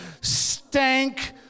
stank